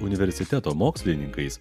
universiteto mokslininkais